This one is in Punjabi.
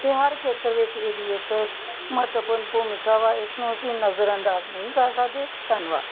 ਅਤੇ ਹਰ ਖੇਤਰ ਵਿੱਚ ਇਹਦੀ ਇੱਕ ਮਹੱਤਵਪੂਰਨ ਭੂਮਿਕਾ ਵਾ ਇਸਨੂੰ ਅਸੀਂ ਨਜ਼ਰਅੰਦਾਜ਼ ਨਹੀਂ ਕਰ ਸਕਦੇ ਧੰਨਵਾਦ